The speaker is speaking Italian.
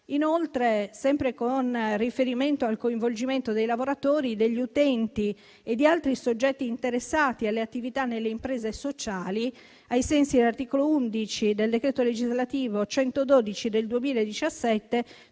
Inoltre, sempre con riferimento al coinvolgimento dei lavoratori, degli utenti e di altri soggetti interessati alle attività nelle imprese sociali, ai sensi dell'articolo 11 del decreto legislativo n. 112 del 2017,